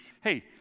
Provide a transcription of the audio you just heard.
hey